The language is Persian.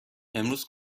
امروز